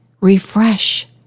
refresh